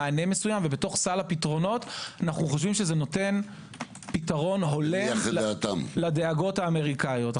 ובתוך סל הפתרונות אנו חושבים שזה נותן פתרון הולם לדאגות האמריקאיות.